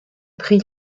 prix